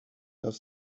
have